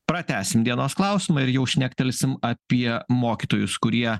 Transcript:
pratęsim dienos klausimą ir jau šnektelsim apie mokytojus kurie